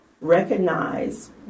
Recognize